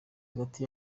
hagati